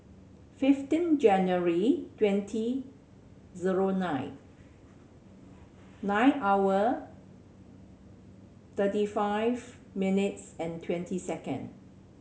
fifteen January twenty zero nine nine hour thirty five minutes and twenty second